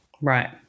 Right